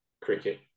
cricket